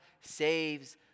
saves